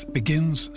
begins